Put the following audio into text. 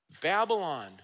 Babylon